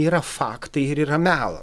yra faktai ir yra melas